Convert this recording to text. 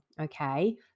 okay